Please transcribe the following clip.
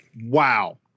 Wow